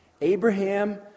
Abraham